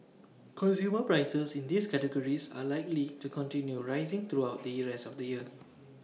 consumer prices in these categories are likely to continue rising throughout the IT rest of the year